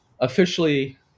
officially